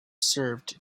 served